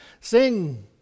Sing